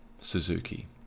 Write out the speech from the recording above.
Suzuki